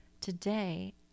Today